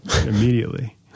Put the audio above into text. immediately